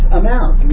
amount